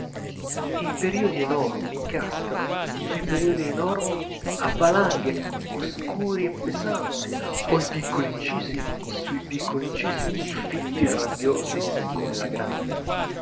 e i periodi enormi cascano sui periodi enormi a valanghe oscuri e pesanti o i piccoli incisi sui piccoli incisi fitti e rabbiosi come la grandine